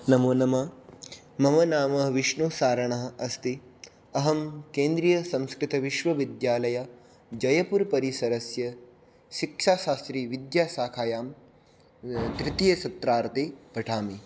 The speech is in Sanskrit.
नमो नमः मम नाम विष्णुसारणः अस्ति अहं केन्द्रीयसंस्कृतविश्वविद्यालयजयपुरपरिसरस्य शिक्षाशास्त्रिविद्याशाखायां तृतीयसत्रार्धे पठामि